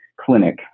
clinic